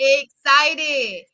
excited